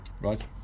right